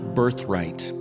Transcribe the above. birthright